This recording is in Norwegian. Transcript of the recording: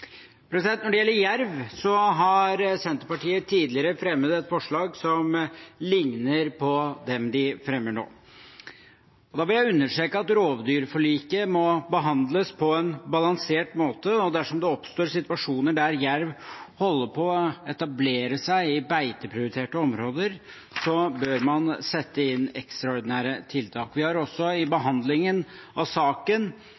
Når det gjelder jerv, har Senterpartiet tidligere fremmet forslag som ligner på dem de fremmer nå. Jeg vil understreke at rovdyrforliket må behandles på en balansert måte. Dersom det oppstår situasjoner der jerv holder på å etablere seg i beiteprioriterte områder, bør man sette inn ekstraordinære tiltak. Vi har også i